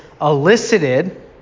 elicited